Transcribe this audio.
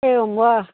एवं वा